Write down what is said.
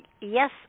yes